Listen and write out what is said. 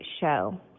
show